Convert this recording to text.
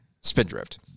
Spindrift